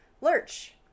Lurch